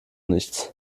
nichts